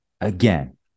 Again